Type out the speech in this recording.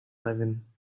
arriving